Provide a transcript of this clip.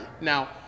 now